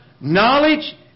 knowledge